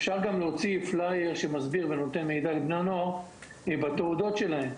אפשר גם להוציא פלייר שמסביר ונותן מידע לבני נוער בתעודות שלהם,